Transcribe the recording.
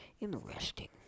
interesting